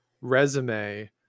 resume